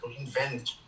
invent